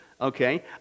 Okay